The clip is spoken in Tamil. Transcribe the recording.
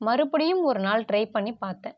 மறுபடியும் ஒருநாள் ட்ரை பண்ணி பார்த்தேன்